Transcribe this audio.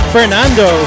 Fernando